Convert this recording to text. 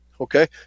okay